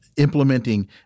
implementing